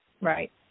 Right